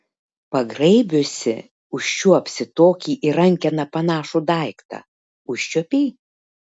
pagraibiusi užčiuopsi tokį į rankeną panašų daiktą užčiuopei